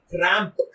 cramp